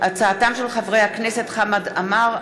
בהצעתם של חברי הכנסת חמד עמאר,